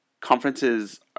conferences